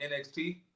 NXT